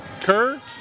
Kerr